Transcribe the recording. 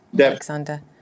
Alexander